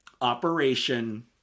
operation